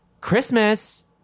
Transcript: Christmas